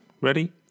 Ready